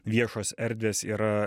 viešos erdvės yra